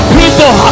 people